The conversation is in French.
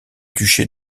duché